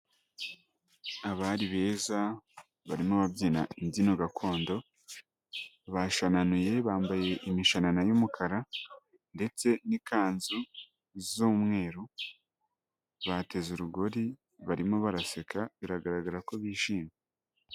Abari beza, barimo ababyina imbyino gakondo, bashananiye bambaye imishanana y'umukara, ndetse n'ikanzu z'umweru, bateze urugori, barimo baraseka, biragaragara ko bishimye.